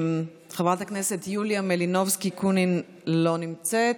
חברת הכנסת יוליה מלינובסקי קונין, לא נמצאת,